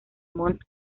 montt